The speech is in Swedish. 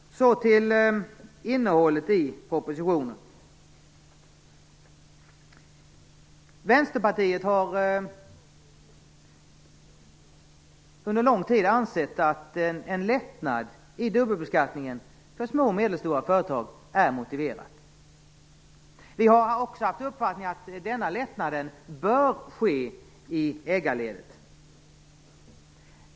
Så till innehållet i propositionen. Vänsterpartiet har under lång tid ansett att en lättnad i dubbelbeskattningen för små och medelstora företag är motiverad. Vi har också haft uppfattningen att denna lättnad bör ske i företagarledet.